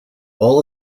all